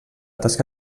tasca